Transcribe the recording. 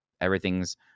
everything's